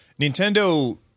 Nintendo